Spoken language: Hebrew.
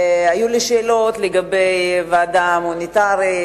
היו לי שאלות לגבי הוועדה המוניטרית,